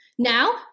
Now